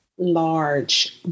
large